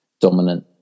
dominant